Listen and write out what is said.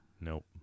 Nope